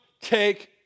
take